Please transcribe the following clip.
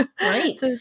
right